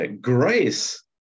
grace